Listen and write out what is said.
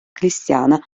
cristiana